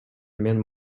мен